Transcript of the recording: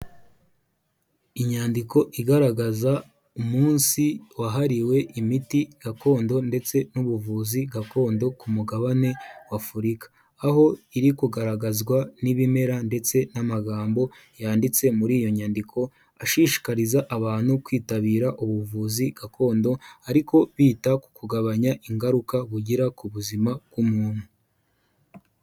Inyandiko igaragaza umunsi wahariwe imiti gakondo ndetse n'ubuvuzi gakondo ku mugabane w'Afurika, aho iri kugaragazwa n'ibimera ndetse n'amagambo yanditse muri iyo nyandiko ashishikariza abantu kwitabira ubuvuzi gakondo, ariko bita ku kugabanya ingaruka bugira ku buzima bw'umuntu.